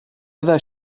other